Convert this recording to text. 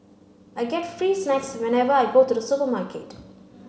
I get free snacks whenever I go to the supermarket